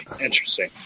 Interesting